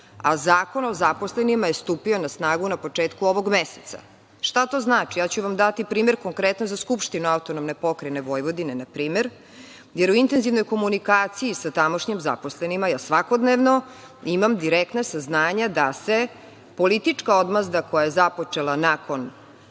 a Zakon o zaposlenima je stupio na snagu na početku ovog meseca. Šta to znači? Ja ću vam dati primer konkretno za Skupštinu AP Vojvodine, jer u intenzivnoj komunikaciji sa tamošnjim zaposlenima, ja svakodnevno imam direktna saznanja da se politička odmazda koja je započela nakon